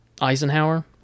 eisenhower